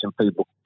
people